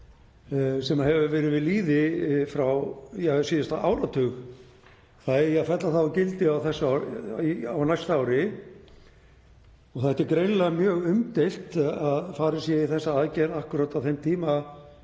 sem hefur verið við lýði frá síðasta áratug eigi að fella úr gildi á næsta ári. Það er greinilega mjög umdeilt að farið sé í þessa aðgerð akkúrat á þeim tíma